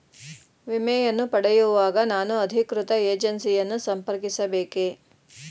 ವಿಮೆಯನ್ನು ಪಡೆಯುವಾಗ ನಾನು ಅಧಿಕೃತ ಏಜೆನ್ಸಿ ಯನ್ನು ಸಂಪರ್ಕಿಸ ಬೇಕೇ?